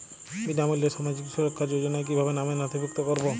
বিনামূল্যে সামাজিক সুরক্ষা যোজনায় কিভাবে নামে নথিভুক্ত করবো?